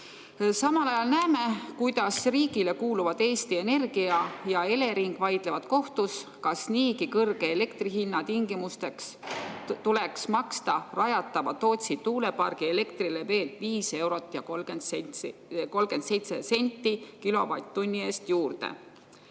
Samal ajal näeme, kuidas riigile kuuluvad Eesti Energia ja Elering vaidlevad kohtus, kas niigi kõrge elektri hinna tingimustes tuleks maksta rajatava Tootsi tuulepargi elektrile veel 5 eurot